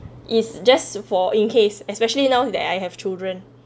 it's just for in case especially now that I have children